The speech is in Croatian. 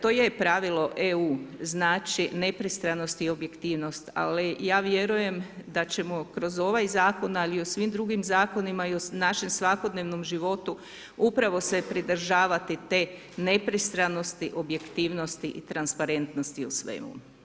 To je pravilo EU, znači nepristranost i objektivnost ali ja vjerujem da ćemo kroz ovaj zakon ali i u svim drugim zakonima i u našem svakodnevnom životu upravo se pridržavati te nepristranosti, objektivnosti i transparentnosti u svemu.